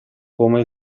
come